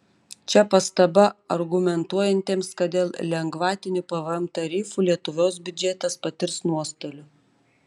čia pastaba argumentuojantiems kad dėl lengvatinių pvm tarifų lietuvos biudžetas patirs nuostolių